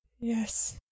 Yes